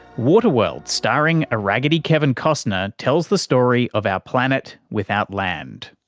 waterworld, starring a raggedy kevin costner, tells the story of our planet, without land.